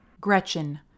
Gretchen